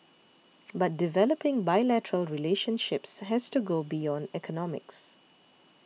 but developing bilateral relationships has to go beyond economics